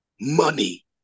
Money